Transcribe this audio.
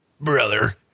brother